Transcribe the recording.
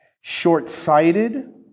short-sighted